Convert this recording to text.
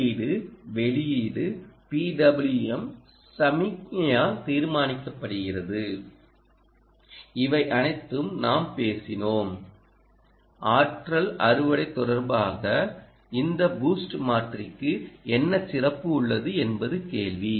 உள்ளீடு வெளியீடு PWM சமிக்ஞையால் தீர்மானிக்கப்படுகிறது இவை அனைத்தும் நாம் பேசினோம்ஆற்றல் அறுவடை தொடர்பாக இந்த பூஸ்ட் மாற்றிக்கு என்ன சிறப்பு உள்ளது என்பது கேள்வி